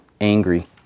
angry